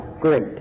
great